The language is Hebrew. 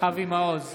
אבי מעוז,